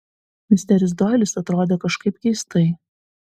misteris doilis atrodė kažkaip keistai